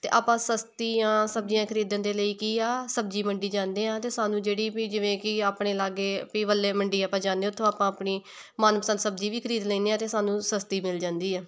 ਅਤੇ ਆਪਾਂ ਸਸਤੀਆਂ ਸਬਜ਼ੀਆਂ ਖਰੀਦਣ ਦੇ ਲਈ ਕੀ ਆ ਸਬਜ਼ੀ ਮੰਡੀ ਜਾਂਦੇ ਹਾਂ ਅਤੇ ਸਾਨੂੰ ਜਿਹੜੀ ਵੀ ਜਿਵੇਂ ਕਿ ਆਪਣੇ ਲਾਗੇ ਪੀਵੱਲੇ ਮੰਡੀ ਆਪਾਂ ਜਾਂਦੇ ਉੱਥੋਂ ਆਪਾਂ ਆਪਣੀ ਮਨਪਸੰਦ ਸਬਜ਼ੀ ਵੀ ਖਰੀਦ ਲੈਂਦੇ ਹਾਂ ਅਤੇ ਸਾਨੂੰ ਸਸਤੀ ਮਿਲ ਜਾਂਦੀ ਆ